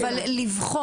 אבל לבחון.